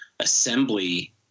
assembly